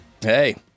Hey